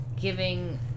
giving